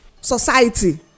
society